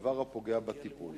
דבר הפוגע בטיפול?